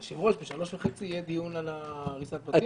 היושב-ראש, בשלוש וחצי יהיה דיון על הריסת בתים?